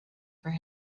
for